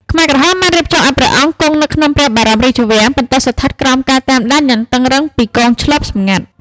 ខ្មែរក្រហមបានរៀបចំឱ្យព្រះអង្គគង់នៅក្នុងព្រះបរមរាជវាំង ប៉ុន្តែស្ថិតក្រោមការតាមដានយ៉ាងតឹងរ៉ឹងពីកងឈ្លបសម្ងាត់។